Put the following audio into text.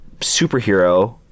superhero